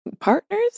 partners